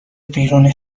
بیرون